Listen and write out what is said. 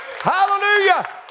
Hallelujah